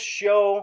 show